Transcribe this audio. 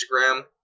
Instagram